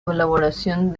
elaboración